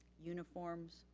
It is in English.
uniforms,